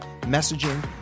messaging